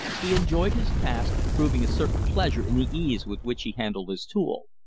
he enjoyed his task, proving a certain pleasure in the ease with which he handled his tool.